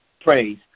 Praise